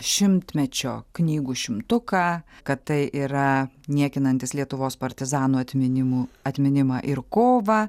šimtmečio knygų šimtuką kad tai yra niekinantis lietuvos partizanų atminimų atminimą ir kovą